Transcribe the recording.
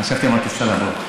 חשבתי שאמרתי סל הבריאות.